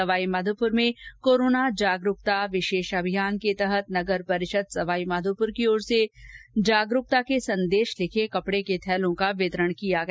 सवाईमाघोपुर में कोराना जागरूकता विशेष अभियान के तहत नगर परिषद सवाईमाघोपुर की ओर से कोरोना जागरूकता का संदेश लिखे कपड़े के थैलों का वितरण किया गया